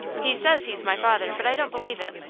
he says he's my father but i don't believe it.